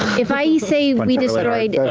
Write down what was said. if i say but we destroyed